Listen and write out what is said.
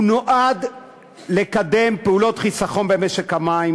הוא נועד לקדם פעולות חיסכון במשק המים